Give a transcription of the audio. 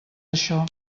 això